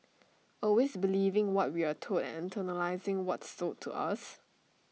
always believing what we are told and internalising what's sold to us